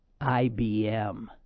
IBM